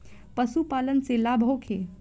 पशु पालन से लाभ होखे?